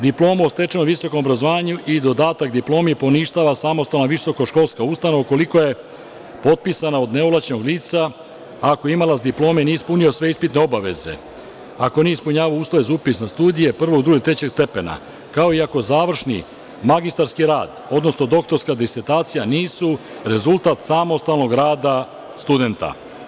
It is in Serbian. Diplomu o stečenom visokom obrazovanju i dodatak diplomi poništava samostalna visokoškolska ustanova, ukoliko je potpisana od neovlašćenog lica, ako imalac diplome nije ispunio sve ispitne obaveze, ako nije ispunjavao uslove za upis na studije prvog, drugog ili trećeg stepena, kao i ako završni magistarski rad, odnosno doktorska disertacija nisu rezultat samostalnog rada studenta.